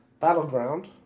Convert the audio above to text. Battleground